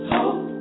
Hope